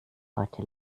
heute